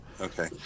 okay